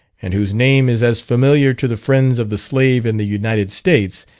and whose name is as familiar to the friends of the slave in the united states,